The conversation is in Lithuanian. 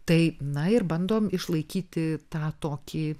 tai na ir bandom išlaikyti tą tokį